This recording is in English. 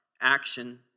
action